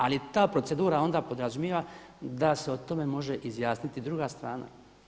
Ali ta procedura onda podrazumijeva da se o tome može izjasniti druga strana.